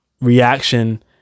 reaction